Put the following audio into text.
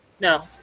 No